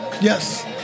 Yes